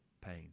pain